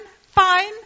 fine